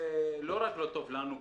שלא רק לא טוב לנו,